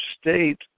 state